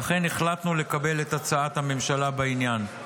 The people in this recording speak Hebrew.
ולכן החלטנו לקבל את הצעת הממשלה בעניין.